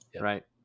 Right